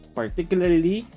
particularly